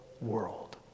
world